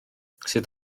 sut